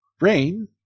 Rain